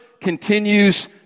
continues